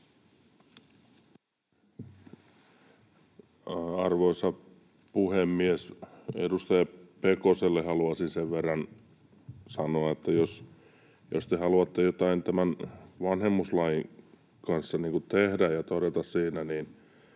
Arvoisa puhemies! Edustaja Pekoselle haluaisin sen verran sanoa, että jos te haluatte jotain tämän vanhemmuuslain kanssa tehdä ja todeta, mitä